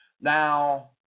Now